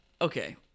Okay